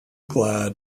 glad